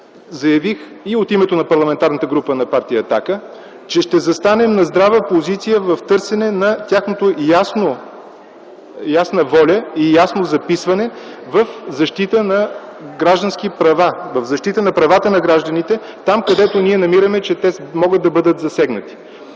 заявих и от името на Парламентарната група на Партия „Атака”, че ще застанем на здрава позиция в търсене на тяхната ясна воля и ясно записване в защита на правата на гражданите. Там, където ние намираме, че те могат да бъдат засегнати.